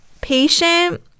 Patient